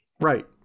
Right